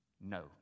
No